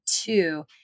two